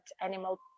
animal